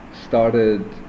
started